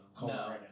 No